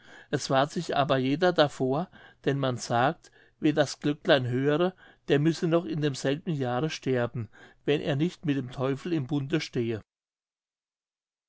es wahrt sich aber jeder davor denn man sagt wer das glöcklein höre der müsse noch in demselben jahre sterben wenn er nicht mit dem teufel im bunde stehe